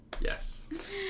Yes